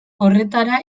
horretara